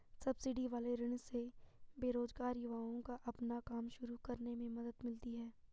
subsidy वाले ऋण से बेरोजगार युवाओं को अपना काम शुरू करने में मदद मिलती है